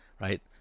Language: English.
right